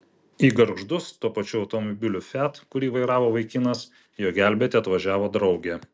į gargždus tuo pačiu automobiliu fiat kurį vairavo vaikinas jo gelbėti atvažiavo draugė